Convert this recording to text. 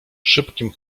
szybkim